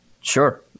Sure